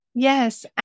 Yes